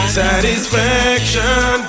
satisfaction